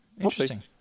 interesting